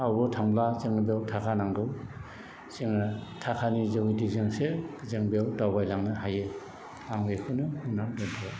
आवबो थांब्ला जोंनो बेव थाखा नांगौ जोङो थाखानि जों गेजेरजोंसो जों बेव दावबायलांनो हायो आं बेखौनो बुंना दोन्थ'बाय